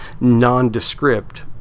nondescript